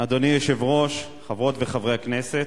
אדוני היושב-ראש, חברות וחברי הכנסת,